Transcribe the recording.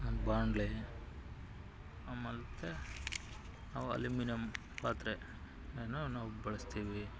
and ಬಾಣಲೆ ಮತ್ತೆ ಅವು ಅಲ್ಯುಮಿನಿಯಂ ಪಾತ್ರೆ ಏನೂ ನಾವು ಬಳಸ್ತೀವಿ